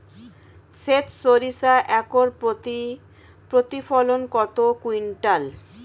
সেত সরিষা একর প্রতি প্রতিফলন কত কুইন্টাল?